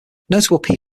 notable